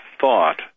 thought